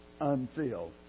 unfilled